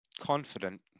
Confident